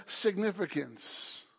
significance